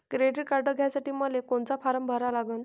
Credit card घ्यासाठी मले कोनचा फारम भरा लागन?